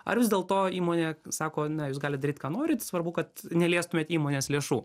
ar vis dėlto įmonėje sako na jūs galit daryt ką norit svarbu kad neliestumėt įmonės lėšų